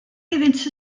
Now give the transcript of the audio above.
iddynt